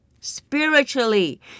Spiritually